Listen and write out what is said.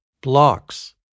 blocks